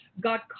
got